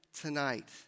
tonight